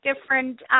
different